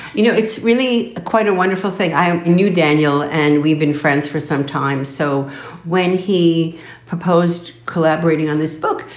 you know, it's really quite a wonderful thing. i knew daniel and we've been friends for some time. so when he he proposed collaborating on this book,